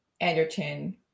Anderton